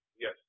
Yes